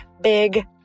big